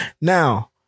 Now